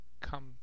come